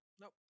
nope